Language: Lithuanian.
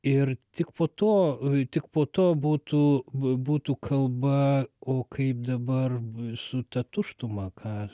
ir tik po to tik po to būtų būtų kalba o kaip dabar su ta tuštuma ką